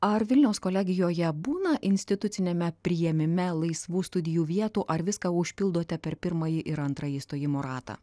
ar vilniaus kolegijoje būna instituciniame priėmime laisvų studijų vietų ar viską užpildote per pirmąjį ir antrąjį stojimo ratą